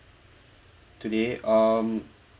today um